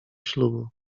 ślubu